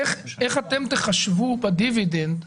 איך אתם תחשבו בדיבידנד?